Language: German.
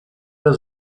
der